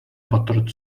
buttered